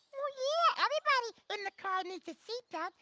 yeah, everybody in the car needs a seatbelt.